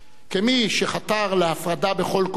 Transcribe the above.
כמי שחתר להפרדה בכל כוחו,